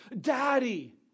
Daddy